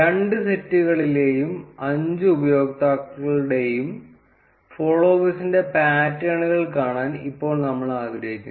രണ്ട് സെറ്റുകളിലെയും അഞ്ച് ഉപയോക്താക്കളുടെയും ഫോളോവേഴ്സിന്റെ പാറ്റേണുകൾ കാണാൻ ഇപ്പോൾ നമ്മൾ ആഗ്രഹിക്കുന്നു